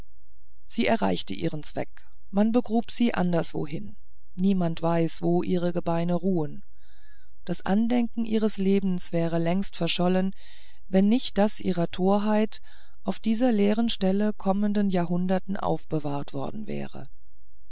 sie erreichte ihren zweck man begrub sie anderswohin niemand weiß wo ihre gebeine ruhen das andenken ihres lebens wäre längst verschollen wenn nicht das ihrer torheit auf dieser leeren stelle kommenden jahrhunderten aufbewahrt worden wäre